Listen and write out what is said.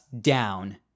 down